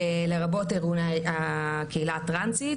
לרבות ארגוני הקהילה הטרנסית.